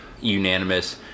unanimous